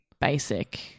basic